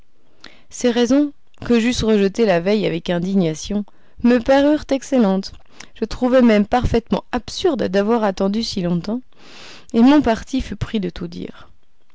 ces raisons que j'eusse rejetées la veille avec indignation me parurent excellentes je trouvai même parfaitement absurde d'avoir attendu si longtemps et mon parti fut pris de tout dire